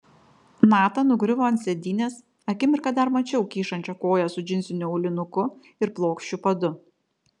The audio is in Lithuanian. nata nugriuvo ant sėdynės akimirką dar mačiau kyšančią koją su džinsiniu aulinuku ir plokščiu padu